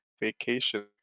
vacation